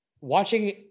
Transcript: watching